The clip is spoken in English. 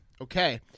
Okay